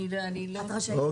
אני לא בטוחה שאני משתתפת.